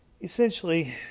Essentially